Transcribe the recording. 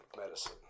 medicine